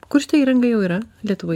kur šita įranga jau yra lietuvoj